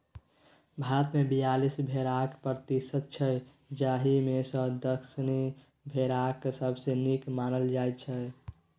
भारतमे बीयालीस भेराक प्रजाति छै जाहि मे सँ दक्कनी भेराकेँ सबसँ नीक मानल जाइ छै